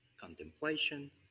contemplation